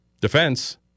defense